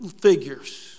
figures